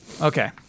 Okay